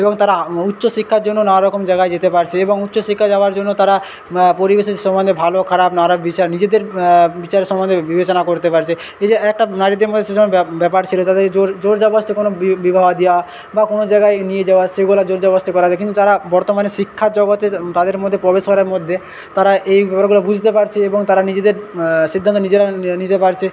এবং তারা উচ্চশিক্ষার জন্য নানারকম জায়গায় যেতে পারছে এবং উচ্চশিক্ষা যাওয়ার জন্য তারা পরিবেশের ভাল খারাপ নানা বিচার নিজেদের বিচার সম্পর্কে বিবেচনা করতে পারছে এই যে একটা নারীদের মধ্যে ব্যাপার ছিলো তাদের জোরজবরদস্তি কোনো বিবাহ দেওয়া বা কোনো জায়গায় নিয়ে যাওয়া সেই জোরজবরদস্তি করা কিন্তু যারা বর্তমানে শিক্ষা জগতের তাদের মধ্যে প্রবেশের মধ্যে তারা এই বুঝতে পারছে এবং তারা নিজেদের সিন্ধান্ত নিজেরা নিতে পারছে